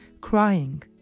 crying